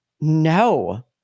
no